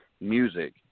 music